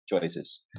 choices